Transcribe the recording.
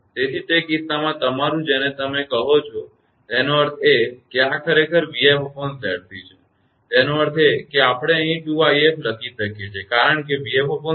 તેથી તે કિસ્સામાં તમારું જેને તમે કહો છો તેનો અર્થ એ કે આ ખરેખર 𝑣𝑓𝑍𝑐 છે તેનો અર્થ એ કે આપણે 2𝑖𝑓 લખી શકીએ છીએ કારણ કે 𝑣𝑓𝑍𝑐 બરાબર 𝑖𝑓છે